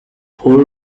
paul